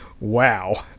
wow